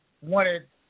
wanted